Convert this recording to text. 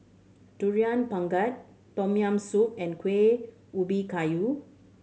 Durian Pengat Tom Yam Soup and Kueh Ubi Kayu